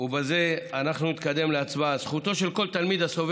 ומכיתה ג' הסייעת